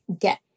get